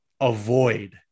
avoid